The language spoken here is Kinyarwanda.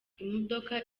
imodoka